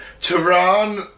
Tehran